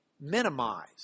minimize